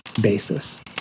basis